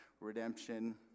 Redemption